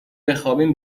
بخوابیم